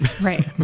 Right